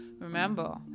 Remember